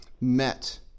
met